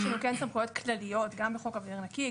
יש לנו סמכויות כלליות בחוק אוויר נקי,